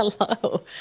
Hello